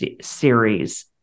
Series